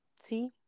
See